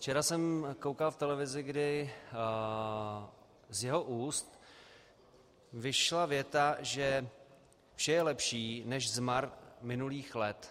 Včera jsem koukal v televizi, kdy z jeho úst vyšla věta, že vše je lepší než zmar minulých let.